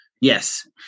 yes